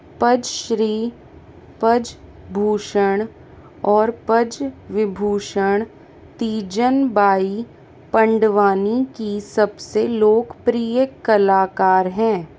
पज श्री पज भूषण और पज विभूषण तीजन बाई पंडवानी की सबसे लोकप्रिय कलाकार हैं